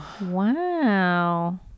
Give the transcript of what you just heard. Wow